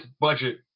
budget